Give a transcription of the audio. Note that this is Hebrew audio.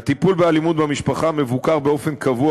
הטיפול באלימות במשפחה מבוקר באופן קבוע